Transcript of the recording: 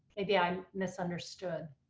maybe i um misunderstood.